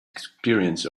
experience